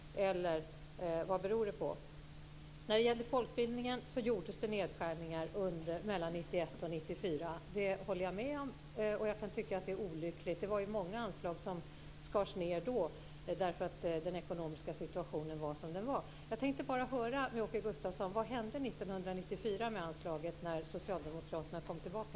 Eller vad beror det på? När det gällde folkbildningen gjordes det nedskärningar mellan 1991 och 1994. Jag håller med om det, och jag kan tycka att det var olyckligt. Det var många anslag som skars ned då därför att den ekonomiska situationen var som den var. Jag tänkte bara höra med Åke Gustavsson: Vad hände med anslaget 1994 när Socialdemokraterna kom tillbaka?